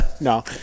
No